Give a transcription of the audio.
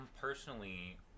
personally